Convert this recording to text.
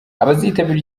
abazitabira